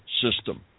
system